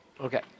Okay